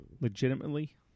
Legitimately